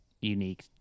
unique